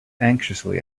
anxiously